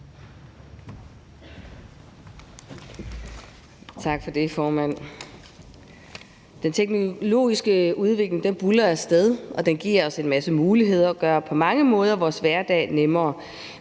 Tak for det, formand. Den teknologiske udvikling buldrer af sted, og den giver os en masse muligheder og gør på mange måder vores hverdag nemmere.